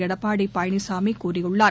எடப்பாடி பழனிசாமி கூறியுள்ளார்